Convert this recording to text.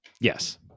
Yes